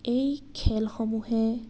এই খেলসমূহে